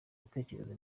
bitekerezo